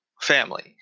family